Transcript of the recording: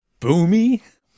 boomy